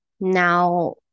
now